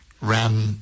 ran